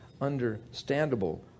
understandable